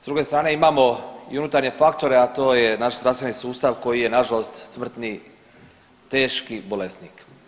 S druge strane imamo i unutarnje faktore a to je naš zdravstveni sustav koji je na žalost smrtni teški bolesnik.